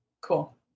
Cool